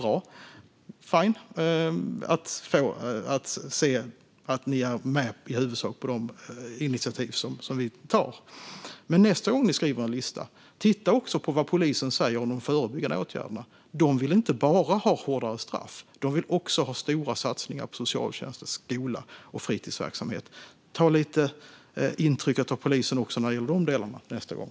Det är bra att se att ni i huvudsak är med på de initiativ som vi tar. Men nästa gång ni skriver en lista, titta också på vad polisen säger om de förebyggande åtgärderna. De vill inte bara ha hårdare straff. De vill också ha stora satsningar på socialtjänst, skola och fritidsverksamhet. Ta lite intryck av polisen också när det gäller de delarna nästa gång.